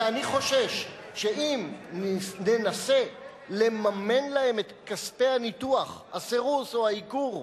אני חושש שאם ננסה לממן להם את כספי הניתוח הסירוס או העיקור,